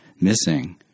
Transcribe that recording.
missing